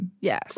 Yes